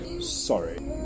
sorry